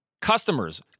Customers